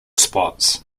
spots